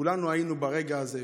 כולנו היינו ברגע הזה.